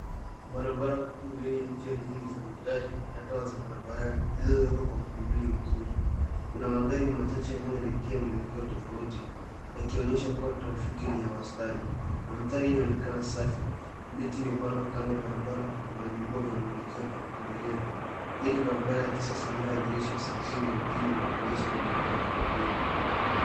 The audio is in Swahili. Barabara kuu iliyo na njia nyingi za magari na taa za barabarani zimewekwa kwa mpangilio mzuri. Kuna magari machache yanayoelekea kwenye njia tofauti yakionyesha trafiki ni ya wastani. Mandhari inaonekana safi. Miti imepandwa kando ya barabara. Kuna vibao vya mwelekeo kwa dereva. Hii ni barabara ya kisasa inayoadhirisha usafiri wa mjini na maendeleo ya miundombinu.